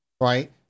right